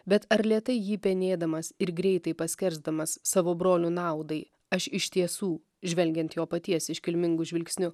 bet ar lėtai jį penėdamas ir greitai paskersdamas savo brolių naudai aš iš tiesų žvelgiant jo paties iškilmingu žvilgsniu